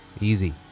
easy